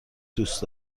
دوست